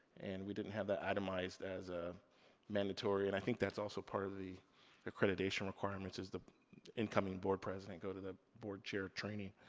and we didn't have that itemized as a mandatory. and i think that's also part of the accreditation requirements is the incoming board president go to the board chair training.